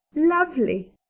lovely,